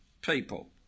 people